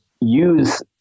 use